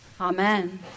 Amen